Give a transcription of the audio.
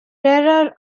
rarer